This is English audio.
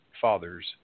fathers